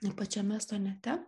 na pačiame sonete